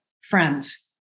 friends